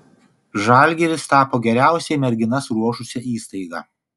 žalgiris tapo geriausiai merginas ruošusia įstaiga